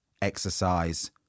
exercise